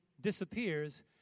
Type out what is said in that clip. disappears